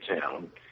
Town